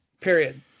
Period